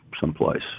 someplace